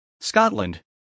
Scotland